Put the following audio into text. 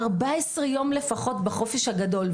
אני מקדישה 14 יום לפחות בחופש הגדול.